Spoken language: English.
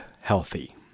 healthy